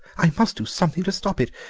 i must do something to stop it.